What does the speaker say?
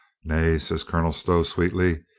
nay, said colonel stow sweetly,